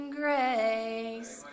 grace